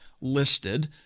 listed